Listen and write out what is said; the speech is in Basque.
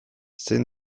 zein